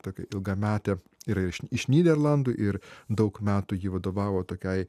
tokia ilgametė yra ir iš nyderlandų ir daug metų ji vadovavo tokiai